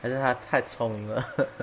还是他太聪明了